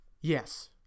Yes